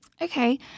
Okay